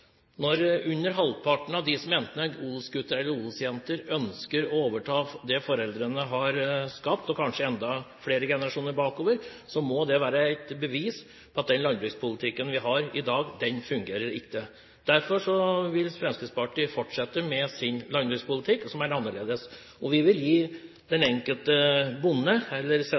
Når under halvparten av dem som er enten odelsgutt eller odelsjente, ønsker å overta det foreldrene og kanskje enda flere generasjoner bakover har skapt, må det være et bevis på at den landbrukspolitikken vi har i dag, ikke fungerer. Derfor vil Fremskrittspartiet fortsette med sin landbrukspolitikk, som er annerledes. Vi vil gi den enkelte bonde eller